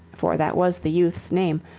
for that was the youth's name,